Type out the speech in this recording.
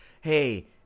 hey